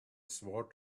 sword